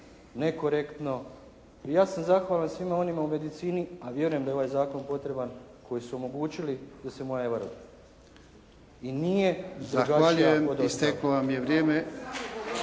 nekorektno i ja sam zahvalan svima onima u medicini a vjerujem da je ovaj zakon potreban koji su omogućili da se moja Eva rodi. I nije drugačija od ostalih./Pljesak./ **Jarnjak,